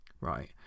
right